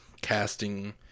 casting